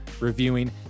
reviewing